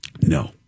No